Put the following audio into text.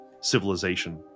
civilization